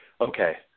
okay